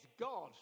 God